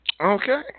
Okay